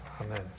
Amen